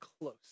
close